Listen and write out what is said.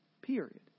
period